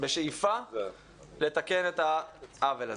בשאיפה לתקן את העוול הזה.